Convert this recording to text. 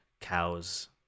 cows